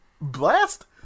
blast